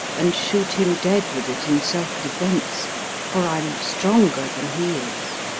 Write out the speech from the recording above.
and shoot him dead with it in self-defence for i'm stronger than he is.